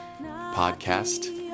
podcast